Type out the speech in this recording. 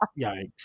Yikes